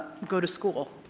go to school.